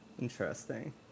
Interesting